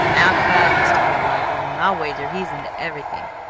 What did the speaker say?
al cloud used to be a lively one. i'll wager he's into everything.